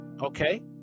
okay